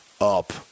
up